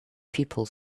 people